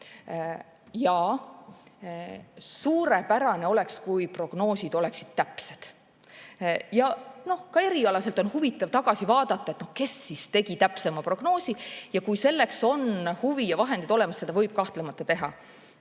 Jaa, suurepärane oleks, kui prognoosid oleksid täpsed. Ka erialaselt on huvitav tagasi vaadata, et no kes siis tegi täpsema prognoosi. Kui selleks on huvi ja vahendid olemas, võib seda kahtlemata teha.